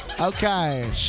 Okay